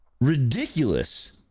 ridiculous